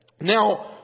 Now